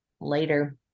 later